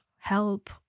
help